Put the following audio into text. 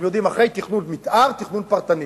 אחרי תכנון מיתאר, תכנון פרטני.